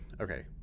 okay